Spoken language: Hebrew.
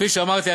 כפי שאמרתי,